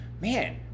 man